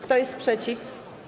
Kto jest przeciw?